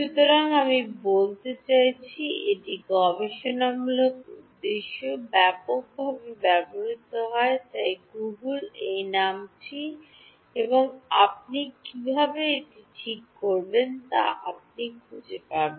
সুতরাং আমি বলতে চাইছি এটি গবেষণামূলক উদ্দেশ্যে ব্যাপকভাবে ব্যবহৃত হয় তাই গুগল এই নামটি এবং আপনি কীভাবে এটি ঠিক করবেন তা আপনি খুঁজে পাবেন